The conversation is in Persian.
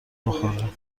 بخوره